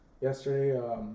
yesterday